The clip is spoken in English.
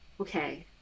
okay